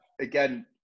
again